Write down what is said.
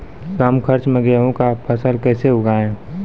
कम खर्च मे गेहूँ का फसल कैसे उगाएं?